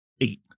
eight